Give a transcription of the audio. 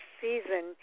season